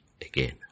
again